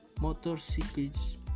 motorcycles